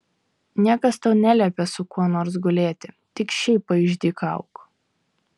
niekas tau neliepia su kuo nors gulėti tik šiaip paišdykauk